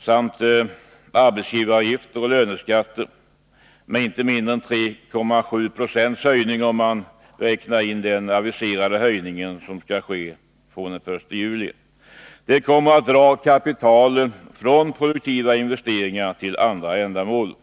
samt arbetsgivaravgifter och löneskatter — vilka ökar med inte mindre än 3,7 76 om man räknar in den aviserade höjningen från den 1 juli — kommer att dra kapital från produktiva investeringar till andra ändamål.